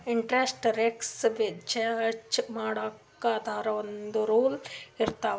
interest rates change ಮಾಡ್ಬೇಕ್ ಅಂದುರ್ ಒಂದ್ ರೂಲ್ಸ್ ಇರ್ತಾವ್